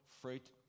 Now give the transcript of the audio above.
fruit